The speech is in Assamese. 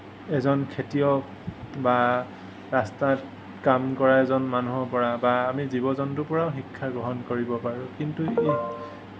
এজন খেতিয়ক বা ৰাস্তাত কাম কৰা এজন মানুহৰ পৰা বা আমি জীৱ জন্তুৰ পৰাও শিক্ষা গ্ৰহণ কৰিব পাৰোঁ কিন্তু